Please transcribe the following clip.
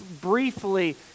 briefly